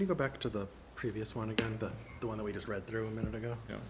you go back to the previous one again but the one that we just read through a minute ago